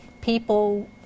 people